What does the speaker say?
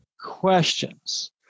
questions